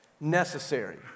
necessary